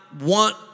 want